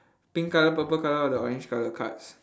pink colour purple colour or the orange colour cards